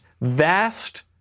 vast